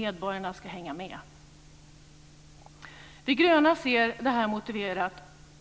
Medborgarna ska hänga med. De gröna ser det här motiverat